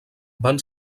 van